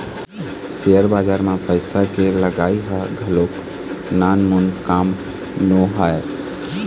share बजार म पइसा के लगई ह घलोक नानमून काम नोहय